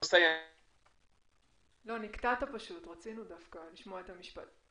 יש לנו עכשיו זמן.